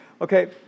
Okay